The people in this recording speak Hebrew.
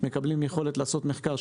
על המחסור,